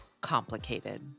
complicated